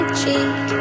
cheek